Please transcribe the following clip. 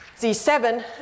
z7